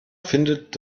findet